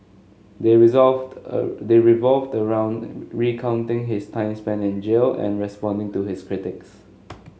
they they revolve around recounting his time spent in jail and responding to his critics